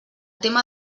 tema